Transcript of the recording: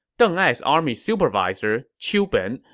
deng ai's army supervisor, qiu ben,